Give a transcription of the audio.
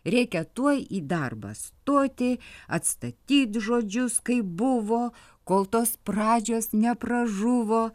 reikia tuoj į darbą stoti atstatyt žodžius kaip buvo kol tos pradžios nepražuvo